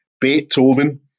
Beethoven